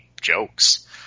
jokes